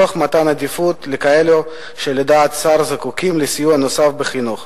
תוך מתן עדיפות לכאלה שלדעת השר זקוקים לסיוע נוסף בחינוך,